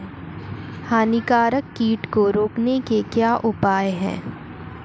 हानिकारक कीट को रोकने के क्या उपाय हैं?